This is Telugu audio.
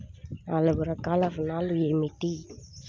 నాలుగు రకాల ఋణాలు ఏమిటీ?